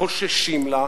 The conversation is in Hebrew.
חוששים לה,